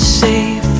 safe